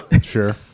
Sure